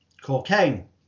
cocaine